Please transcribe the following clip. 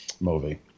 movie